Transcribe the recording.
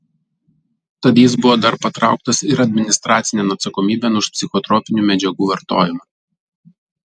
tad jis buvo dar patrauktas ir administracinėn atsakomybėn už psichotropinių medžiagų vartojimą